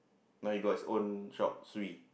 but he got his own shop three